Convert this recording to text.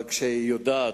אבל כשהיא יודעת,